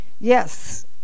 Yes